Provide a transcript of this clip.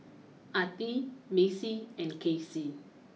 Attie Macy and Kasey